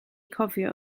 gofio